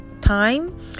time